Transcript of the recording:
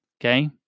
Okay